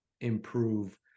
improve